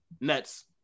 Nets